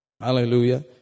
Hallelujah